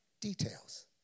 details